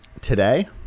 Today